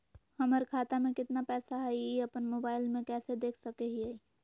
हमर खाता में केतना पैसा हई, ई अपन मोबाईल में कैसे देख सके हियई?